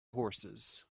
horses